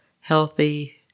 healthy